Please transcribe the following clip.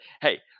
Hey